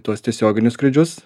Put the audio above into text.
tuos tiesioginius skrydžius